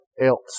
Else